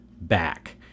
back